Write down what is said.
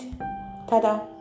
Tada